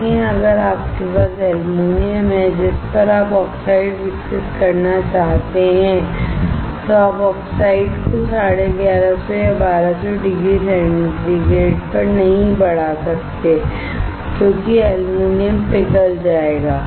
लेकिन अगर आपके पास एल्यूमीनियम है जिस पर आप ऑक्साइड विकसित करना चाहते हैं तो आप ऑक्साइड को 1150 या 1200 डिग्री सेंटीग्रेड पर नहीं बढ़ा सकते क्योंकि एल्यूमीनियम पिघल जाएगा